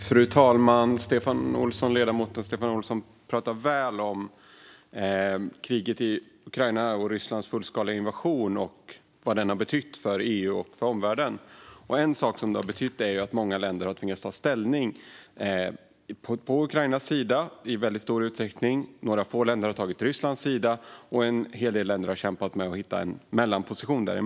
Fru talman! Ledamoten Stefan Olsson pratar väl om kriget i Ukraina och vad Rysslands fullskaliga invasion har betytt för EU och omvärlden. En sak som detta har betytt är att många länder har tvingats ta ställning. I stor utsträckning har de ställt sig på Ukrainas sida, några få länder har ställt sig på Rysslands sida och en hel del länder har kämpat med att hitta en mellanposition.